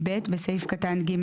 ; (ב) בסעיף קטן (ג),